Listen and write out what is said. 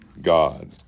God